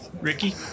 Ricky